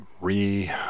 re-